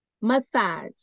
massage